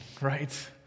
right